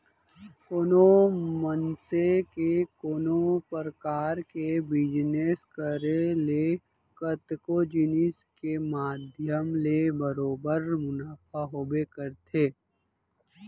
कोनो मनसे के कोनो परकार के बिजनेस करे ले कतको जिनिस के माध्यम ले बरोबर मुनाफा होबे करथे